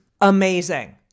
amazing